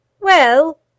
Well